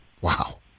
Wow